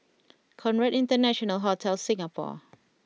Conrad International Hotel Singapore